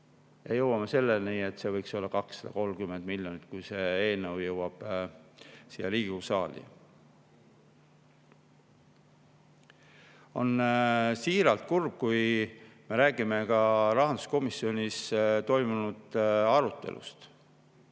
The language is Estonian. ja jõuame selleni, et see võiks olla 230 miljonit, kui see eelnõu jõuab siia Riigikogu saali. On siiralt kurb, kui me räägime ka rahanduskomisjonis toimunud arutelust.